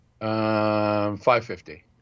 $5.50